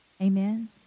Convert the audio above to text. amen